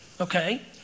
Okay